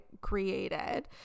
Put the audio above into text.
created